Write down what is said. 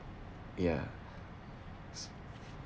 ya